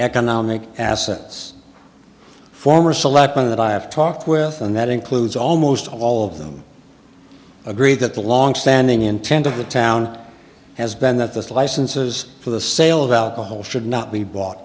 economic assets former selectman that i have talked with and that includes almost all of them agree that the long standing intent of the town has been that this licenses for the sale about the whole should not be bought